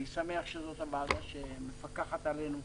אני שמח שזאת הוועדה שמפקחת עלינו.